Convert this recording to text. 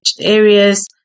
areas